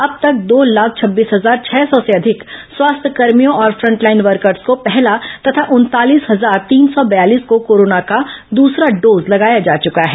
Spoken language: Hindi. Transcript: अब तक दो लाख छब्बीस हजार छह सौ से अधिक स्वास्थ्यकर्भियों और फ्रंटलाइन वर्कर्स को पहला तथा उनतालीस हजार तीन सौ बयालीस को कोरोना का दूसरा डोज लगाया जा चुका है